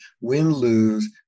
win-lose